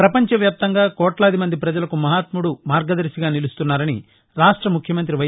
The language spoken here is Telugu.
ప్రపంచ వ్యాప్తంగా కోట్లాది మంది ప్రజలకు మహాత్ముడు మార్గదర్శిగా నిలుస్తున్నారని రాష్ట ముఖ్యమంత్రి వై